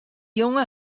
jonge